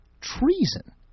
Treason